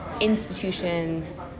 institution